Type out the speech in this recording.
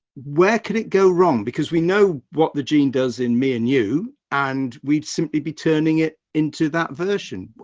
where could it go wrong? because we know what the gene does in menu and we'd simply be turning it into that version.